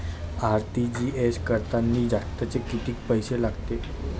RTGS करतांनी जास्तचे कितीक पैसे लागते?